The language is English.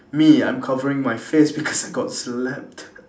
me I'm covering my face because I got slapped